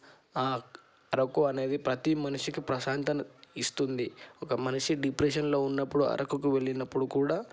ఆ అరకు అనేది ప్రతి మనిషికి ప్రశాంతాన్ని ఇస్తుంది ఒక మనిషి డిప్రెషన్లో ఉన్నప్పుడు అరకుకు వెళ్ళినప్పుడు కూడా